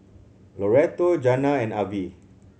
Loretto Jana and Avie